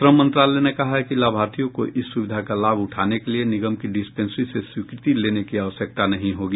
श्रम मंत्रालय ने कहा है कि लाभार्थियों को इस सुविधा का लाभ उठाने के लिए निगम की डिस्पेंसरी से स्वीकृति लेने की आवश्यकता नहीं होगी